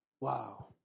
Wow